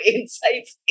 Insights